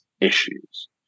issues